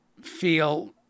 feel